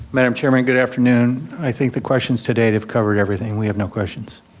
madam chairman, good afternoon. i think the questions today have covered everything, we have no questions.